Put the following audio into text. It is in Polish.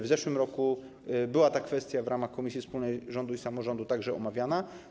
W zeszłym roku ta kwestia była w ramach komisji wspólnej rządu i samorządu także omawiana.